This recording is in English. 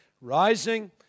rising